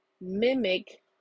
mimic